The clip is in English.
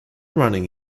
running